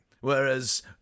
Whereas